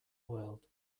world